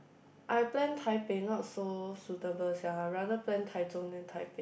I plan Taipei not so suitable sia rather plan Taichung than Taipei